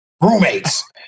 roommates